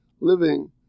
living